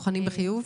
בוחנים לחיוב.